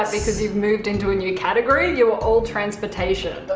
because you've moved into a new category. you were all transportation.